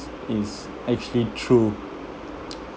is actually true